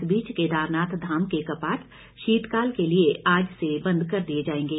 इस बीच केदारनाथ धाम के कपाट शीतकाल के लिए आज से बंद कर दिए जाएंगे